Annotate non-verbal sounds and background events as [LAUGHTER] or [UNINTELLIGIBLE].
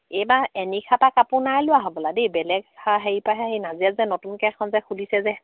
এইবাৰ [UNINTELLIGIBLE] কাপোৰ নাই লোৱা হ'বলা দেই [UNINTELLIGIBLE] নাজিৰাত নতুনকে এখন যে খুলিছে যে